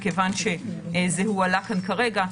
מכיוון שזה הועלה כאן כרגע.